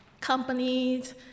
companies